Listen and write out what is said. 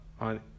on